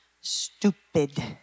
stupid